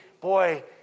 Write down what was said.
boy